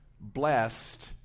blessed